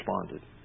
responded